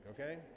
okay